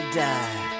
die